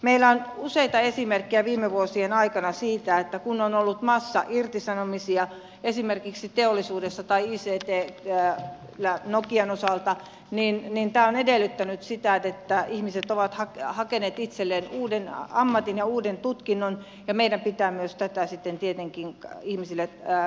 meillä on useita esimerkkejä viime vuosien aikana siitä että kun on ollut massairtisanomisia esimerkiksi teollisuudessa tai ictssä nokian osalta niin tämä on edellyttänyt sitä että ihmiset ovat hakeneet itselleen uuden ammatin ja tutkinnon ja meidän pitää myös tätä sitten tietenkin ihmisille mahdollistaa